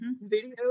video